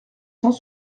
sans